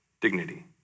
dignity